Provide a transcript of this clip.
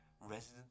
residents